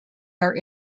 are